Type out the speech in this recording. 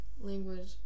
language